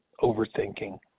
overthinking